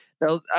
Now